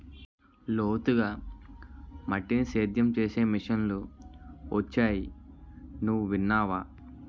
లోతుగా మట్టిని సేద్యం చేసే మిషన్లు వొచ్చాయి నువ్వు విన్నావా?